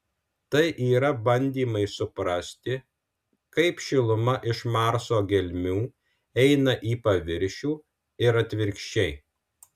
tai yra bandymai suprasti kaip šiluma iš marso gelmių eina į paviršių ir atvirkščiai